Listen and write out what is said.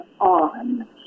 on